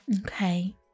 Okay